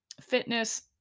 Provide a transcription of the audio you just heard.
fitness